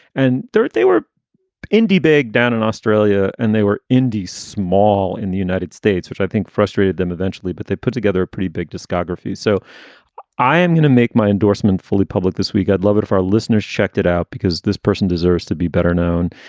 and third, they were indie big down in australia and they were indie small in the united states, which i think frustrated them eventually. but they put together a pretty big discography. so i am gonna make my endorsement fully public this week. i'd love it if our listeners checked it out because this person deserves to be better known.